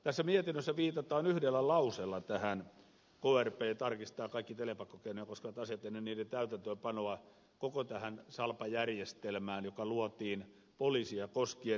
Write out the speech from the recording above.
tässä mietinnössä viitataan yhdellä lauseella keskusrikospoliisi tarkistaa kaikki telepakkokeinoja koskevat asiat ennen niiden täytäntöönpanoa koko tähän salpa järjestelmään joka luotiin poliisia koskien